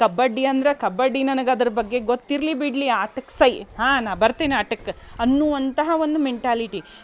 ಕಬಡ್ಡಿ ಅಂದ್ರೆ ಕಬಡ್ಡಿ ನನಗೆ ಅದ್ರ ಬಗ್ಗೆ ಗೊತ್ತಿರಲಿ ಬಿಡಲಿ ಆಟಕ್ಕೆ ಸೈ ಹಾ ನಾ ಬರ್ತೀನಿ ಆಟಕ್ಕೆ ಅನ್ನುವಂತಹ ಒಂದು ಮೆಂಟಾಲಿಟಿ